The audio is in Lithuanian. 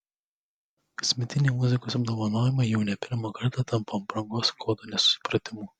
kasmetiniai muzikos apdovanojimai jau ne pirmą kartą tampa aprangos kodo nesusipratimu